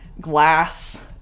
glass